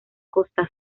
costa